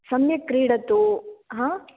सम्यक् क्रीडतु हा